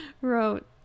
wrote